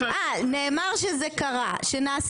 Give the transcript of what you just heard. נאמר שזה קרה, שנעשתה התייעצות.